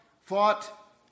fought